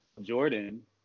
Jordan